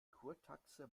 kurtaxe